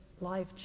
life